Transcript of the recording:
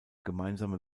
gemeinsame